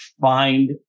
find